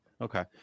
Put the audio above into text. Okay